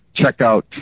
checkout